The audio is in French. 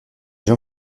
jean